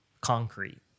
concrete